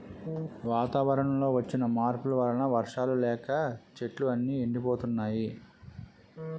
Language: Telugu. వాతావరణంలో వచ్చిన మార్పుల వలన వర్షాలు లేక చెట్లు అన్నీ ఎండిపోతున్నాయి